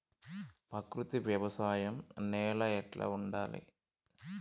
ప్రకృతి వ్యవసాయం నేల ఎట్లా ఉండాలి?